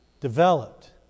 developed